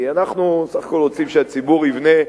כי אנחנו סך הכול רוצים שהציבור יבנה,